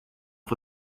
for